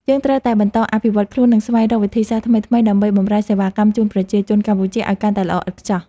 យើងត្រូវតែបន្តអភិវឌ្ឍខ្លួន និងស្វែងរកវិធីសាស្ត្រថ្មីៗដើម្បីបម្រើសេវាកម្មជូនប្រជាជនកម្ពុជាឱ្យកាន់តែល្អឥតខ្ចោះ។